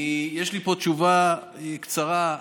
יש לי פה תשובה קצרה.